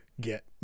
get